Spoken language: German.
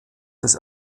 des